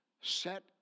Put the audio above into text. set